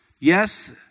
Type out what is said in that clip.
yes